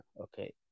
okay